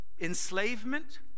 enslavement